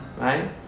right